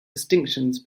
distinctions